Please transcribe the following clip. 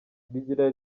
rigira